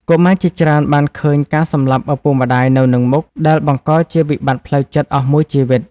កុមារជាច្រើនបានឃើញការសម្លាប់ឪពុកម្ដាយនៅនឹងមុខ ដែលបង្កជាវិបត្តិផ្លូវចិត្តអស់មួយជីវិត។